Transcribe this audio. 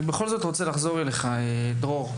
אני בכל זאת רוצה לחזור אליך, דרור.